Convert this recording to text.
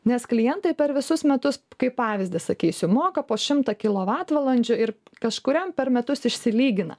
nes klientai per visus metus kaip pavyzdį sakysiu moka po šimtą kilovatvalandžių ir kažkuriam per metus išsilygina